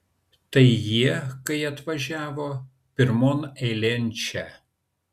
tai jie kai atvažiavo pirmon eilėn čia